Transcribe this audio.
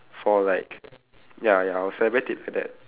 for like ya ya I would celebrate it like that